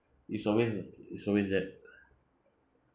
it's always it's always that